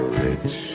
rich